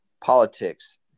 Politics